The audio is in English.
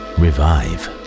revive